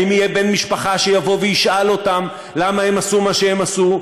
האם יהיה בן משפחה שיבוא וישאל אותם למה הם עשו מה שהם עשו,